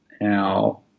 now